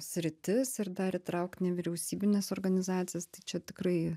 sritis ir dar įtraukt nevyriausybines organizacijas tai čia tikrai